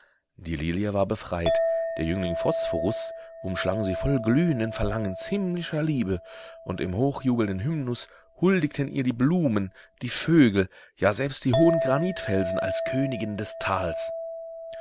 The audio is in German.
die lilie war befreit der jüngling phosphorus umschlang sie voll glühenden verlangens himmlischer liebe und im hochjubelnden hymnus huldigten ihr die blumen die vögel ja selbst die hohen granitfelsen als königin des tals